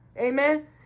Amen